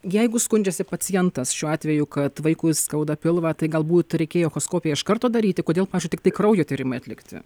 jeigu skundžiasi pacientas šiuo atveju kad vaikui skauda pilvą tai galbūt reikėjo echoskopiją iš karto daryti kodėl pavyzdžiui tiktai kraujo tyrimai atlikti